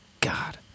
God